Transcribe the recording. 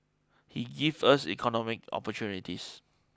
he gave us economic opportunities